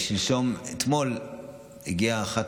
אתמול הגיעה אחת